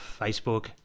Facebook